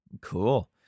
Cool